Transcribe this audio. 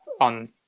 on